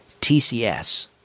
TCS